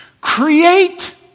Create